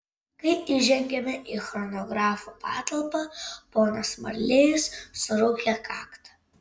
kai įžengėme į chronografo patalpą ponas marlėjus suraukė kaktą